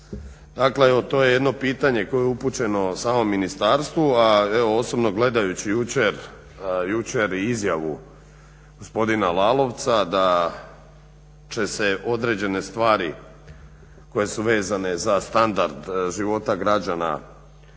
Dakle, evo to je jedno pitanje koje je upućeno samom ministarstvu. A evo osobno gledajući jučer i izjavu gospodina Lalovca da će se određene stvari koje su vezane za standard života građana ovim